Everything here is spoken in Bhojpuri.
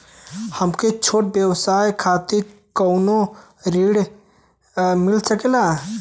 हमरे छोट व्यवसाय खातिर कौनो ऋण मिल सकेला?